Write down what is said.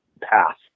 path